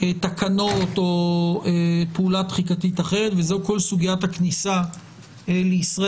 תקנות או פעולה תחיקתית אחרת - זאת כל סוגיית הכניסה לישראל.